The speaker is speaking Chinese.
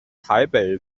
台北